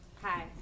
Hi